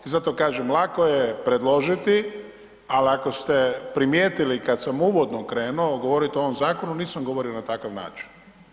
I zato kažem lako je predložiti, ali ako ste primijetili kad sam uvodno krenuo govoriti o ovom zakonu nisam govorio na takav način.